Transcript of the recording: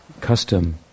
custom